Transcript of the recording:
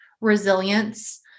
resilience